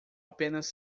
apenas